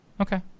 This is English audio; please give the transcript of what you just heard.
Okay